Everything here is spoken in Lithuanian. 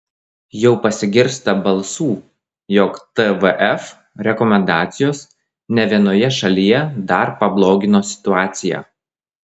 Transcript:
jau pasigirsta balsų jog tvf rekomendacijos ne vienoje šalyje dar pablogino situaciją